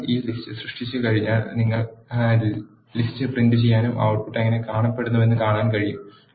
നിങ്ങൾ ഒരു ലിസ്റ്റ് സൃഷ്ടിച്ചുകഴിഞ്ഞാൽ നിങ്ങൾക്ക് ലിസ്റ്റ് പ്രിന്റുചെയ്യാനും ഔട്ട്ട്പുട്ട് എങ്ങനെ കാണപ്പെടുന്നുവെന്ന് കാണാനും കഴിയും